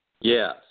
Yes